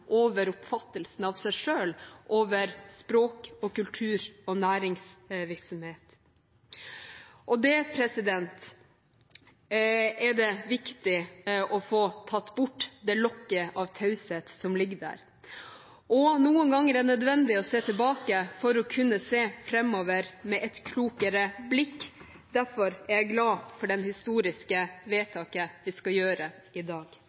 over oppfattelsen av seg selv og over språk, kultur og næringsvirksomhet. Det er viktig å få tatt bort det lokket av taushet som ligger der. Noen ganger er det nødvendig å se tilbake for å kunne se framover med et klokere blikk. Derfor er jeg glad for det historiske vedtaket vi skal gjøre i dag.